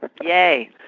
Yay